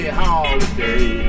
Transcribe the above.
holiday